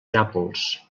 nàpols